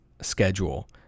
schedule